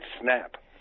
snap